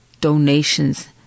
donations